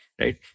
right